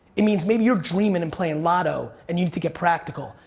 it means maybe you're dreaming and playing lotto and you need to get practical.